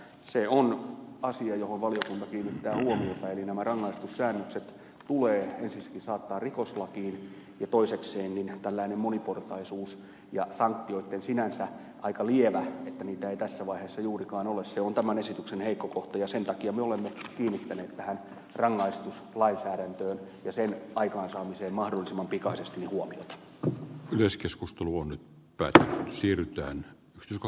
se on asia johon valiokunta kiinnittää huomiota eli nämä rangaistussäännökset tulee ensiksikin saattaa rikoslakiin ja toisekseen tällainen moniportaisuus ja sanktioitten lievyys sinänsä se että niitä ei tässä vaiheessa juurikaan ole on tämän esityksen heikko kohta ja sen takia me olemme kiinnittäneet tähän rangaistuslainsäädäntöön ja sen aikaansaamiseen mahdollisimman pikaisesti huomiota yleiskeskustelu on nyt päätä siirrytään joko